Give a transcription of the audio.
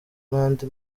n’andi